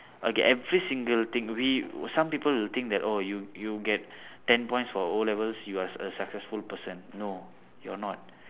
okay every single thing we some people will think that oh you you get ten points for O-levels you are a successful person no you are not